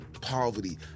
poverty